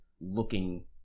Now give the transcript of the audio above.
looking